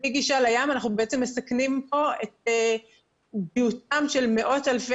בלי גישה לים אנחנו בעצם מסכנים כאן את בריאותם של מאות אלפי